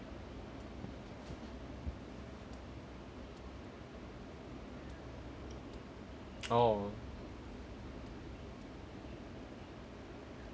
oh